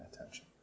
attention